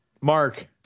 Mark